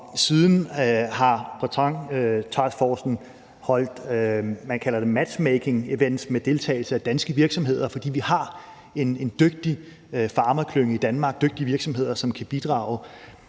siden har Bretons taskforce holdt det, man kalder matchmakingevents med deltagelse af danske virksomheder. For vi har en dygtig farmaklynge i Danmark, dygtige